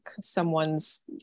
someone's